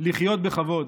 לחיות בכבוד.